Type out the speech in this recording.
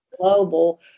global